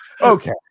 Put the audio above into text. Okay